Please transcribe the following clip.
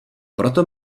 proto